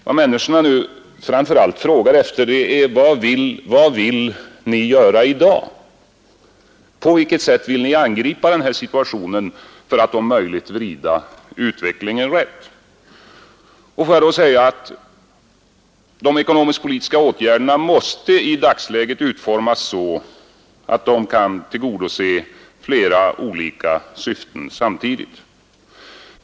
Vad människorna nu framför allt frågar efter är: Vad vill ni göra i dag? På vilket sätt vill ni angripa den här situationen för att om möjligt vrida utvecklingen rätt? Låt mig då säga att de ekonomiska och politiska åtgärderna i dagsläget måste utformas så att de kan tillgodose flera olika syften samtidigt.